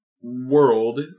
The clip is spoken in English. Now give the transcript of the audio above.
world